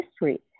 history